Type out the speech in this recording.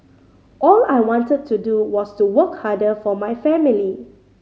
all I wanted to do was to work harder for my family